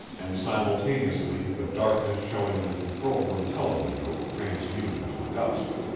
and simultaneously the darkness showing on the control-room telewindow transmuted to dusk.